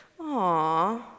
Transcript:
Aw